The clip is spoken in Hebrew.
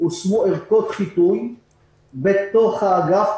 הושמו ערכות חיטוי בתוך האגף,